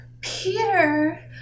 Peter